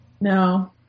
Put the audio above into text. No